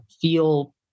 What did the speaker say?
feel